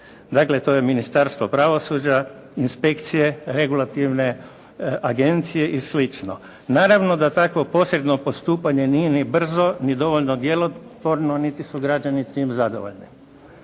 Dakle to je Ministarstvo pravosuđa, inspekcije, regulativne agencije i sl. Naravno da takvo posredno postupanje nije ni brzo ni dovoljno djelotvorno niti su građani s tim zadovoljni.